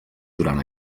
durant